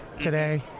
today